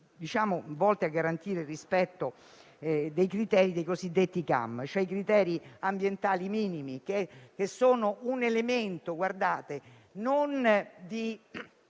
a garantire il rispetto dei cosiddetti CAM, cioè i criteri ambientali minimi, che sono un elemento non di